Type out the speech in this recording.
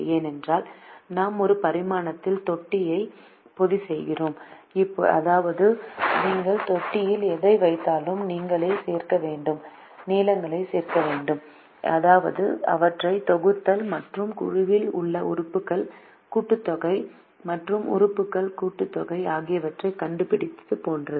ஏனென்றால் நாம் ஒரு பரிமாணத்தில் தொட்டியை பொதி செய்கிறோம் அதாவது நீங்கள் தொட்டியில் எதை வைத்தாலும் நீளங்களை சேர்க்க வேண்டும் அதாவது அவற்றை தொகுத்தல் மற்றும் குழுவில் உள்ள உறுப்புகளின் கூட்டுத்தொகை மற்றும் உறுப்புகளின் கூட்டுத்தொகை ஆகியவற்றைக் கண்டுபிடிப்பது போன்றது